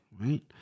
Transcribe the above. right